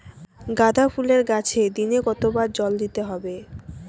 গাদা ফুলের গাছে দিনে কতবার জল দিতে হবে?